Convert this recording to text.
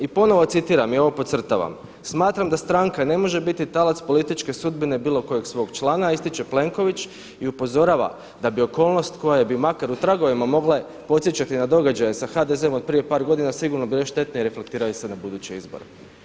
I ponovo citiram i ovo podcrtavam, „Smatram da stranka ne može biti talac političke sudbine bilo kojeg svog člana.“, ističe Plenković i upozorava da bi okolnost koja bi makar u tragovima mogla podsjećati na događaje sa HDZ-om od prije par godina sigurno bile štetne i reflektiraju se na buduće izbore.